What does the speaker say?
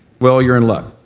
well, you're in luck.